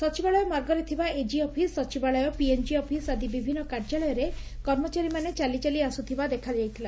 ସଚିବାଳୟ ମାର୍ଗରେ ଥିବା ଏକି ଅଫିସ୍ ସଚିବାଳୟ ପିଏମ୍ ଆଦି ବିଭିନୁ କାର୍ଯ୍ୟାଳୟରେ କର୍ମଚାରୀମାନେ ଚାଲିଚାଲି ଆସୁଥିବା ଦେଖାଯାଇଥିଲା